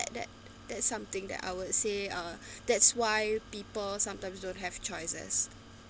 that that's something that I would say uh that's why people sometimes don't have choices